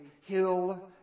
hill